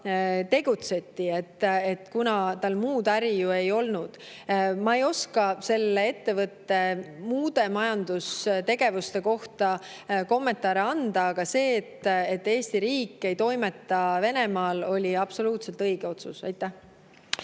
tegutseti, kuna tal muud äri ju ei olnud. Ma ei oska selle ettevõtte muude majandustegevuste kohta kommentaare anda, aga see, et Eesti riik ei toimeta Venemaal, oli absoluutselt õige otsus. Aitäh!